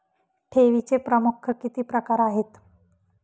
ठेवीचे प्रमुख किती प्रकार आहेत?